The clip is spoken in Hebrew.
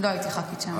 לא הייתי ח"כית שם.